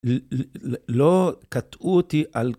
לא קטעו אותי על.